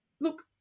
look